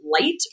light